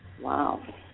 wow